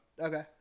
Okay